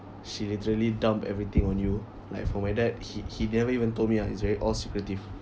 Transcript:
she literally dump everything on you like for my dad he he never even told me ah it's very all secretive